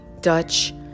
Dutch